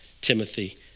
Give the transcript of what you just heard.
Timothy